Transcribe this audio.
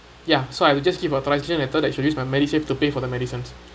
ya so I would just give authorization I though they should use my medisave to pay for the medicine